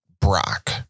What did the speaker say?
Brock